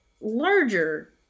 larger